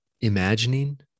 imagining